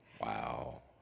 Wow